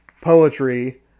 poetry